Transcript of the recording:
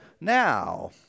now